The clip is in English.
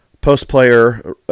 post-player